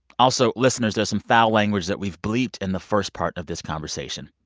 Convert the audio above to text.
also, listeners, there's some foul language that we've bleeped in the first part of this conversation.